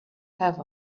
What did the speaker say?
have